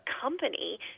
company